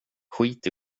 skit